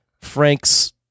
Frank's